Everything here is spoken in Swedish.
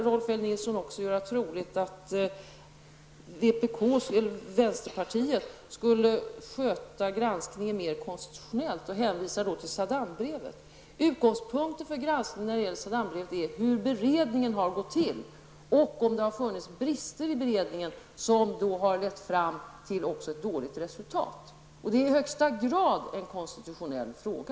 Rolf L Nilson vill även göra det troligt att vänsterpartiet skulle sköta granskningen mer konstitutionellt. Han hänvisar då till Saddambrevet. Utgångspunkten för granskningen av Saddambrevet var hur beredningen har gått till och om det har funnits brister i beredningen som har lett fram till ett dåligt resultat. Det är i högsta grad en konstitutionell fråga.